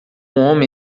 homem